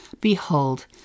Behold